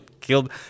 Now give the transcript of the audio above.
killed